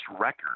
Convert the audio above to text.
record